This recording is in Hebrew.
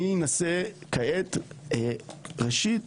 אני אנסה כעת ראשית